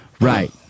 Right